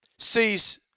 sees